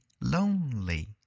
lonely